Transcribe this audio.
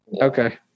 Okay